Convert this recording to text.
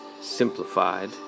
Simplified